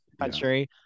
country